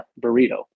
burrito